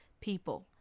people